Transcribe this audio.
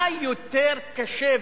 מה יותר קשה,